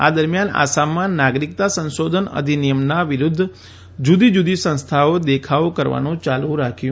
આ દરમ્યાન આસામમાં નાગરિકતા સંશોધન અધિનિયમના વિરૂદ્ધ જુદીજુદી સંસ્થાઓએ દેખાવો કરવાનું યાલુ રાખ્યું છે